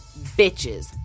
bitches